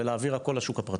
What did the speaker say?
ולהעביר הכול לשוק הפרטי.